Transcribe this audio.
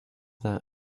that